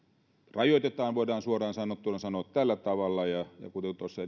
rajoitetaan voidaan suoraan sanottuna sanoa tällä tavalla ja kuten jo tuossa